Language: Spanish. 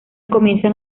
comienzan